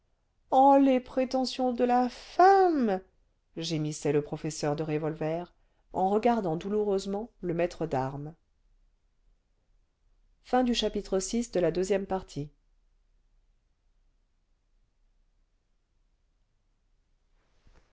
oh les prétentions de la femme gémissait le professeur de revolver en regardant douloureusement le maître d'armes